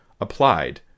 applied